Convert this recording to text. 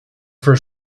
for